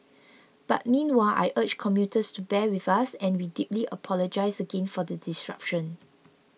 but meanwhile I urge commuters to bear with us and we deeply apologise again for the disruption